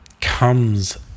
Comes